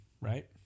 Right